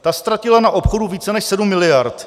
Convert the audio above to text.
Ta ztratila na obchodu více než 7 miliard.